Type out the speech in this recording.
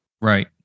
right